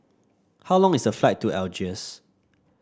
how long is the flight to Algiers